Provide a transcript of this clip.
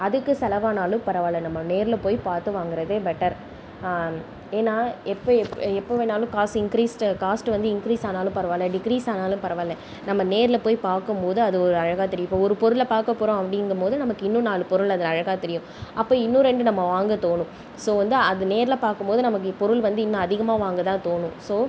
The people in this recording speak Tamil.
அதுக்கு செலவானாலும் பரவாயில்ல நம்ம நேரில் போய் பார்த்து வாங்குவதே பெட்டர் ஏன்னா எப்போ எப்போ வேணாலும் காசு இன்க்ரீஸ்ட் காஸ்ட்டு வந்து இன்க்ரீஸ் ஆனாலும் பரவாயில்ல டிக்ரீஸ் ஆனாலும் பரவாயில்ல நம்ம நேரில் போய் பார்க்கும்போது அது ஒரு அழகாக தெரியும் இப்போ ஒரு பொருளை பார்க்க போகிறோம் அப்படிங்கும்போது நமக்கு இன்னும் நாலு பொருள் அதில் அழகாக தெரியும் அப்போ இன்னும் ரெண்டு நம்ம வாங்க தோணும் ஸோ வந்து அதை நேரில் பார்க்கும் போது நமக்கு பொருள் வந்து இன்னும் அதிகமாக வாங்க தான் தோணும் ஸோ